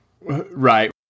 Right